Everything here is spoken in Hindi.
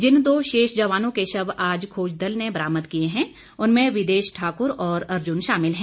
जिन दो शेष जवानों के शव आज खोज दल ने बरामद किए हैं उनमें विदेश ठाकुर और अर्जुन शामिल है